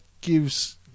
gives